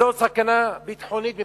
זו סכנה ביטחונית מבחינתי,